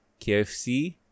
KFC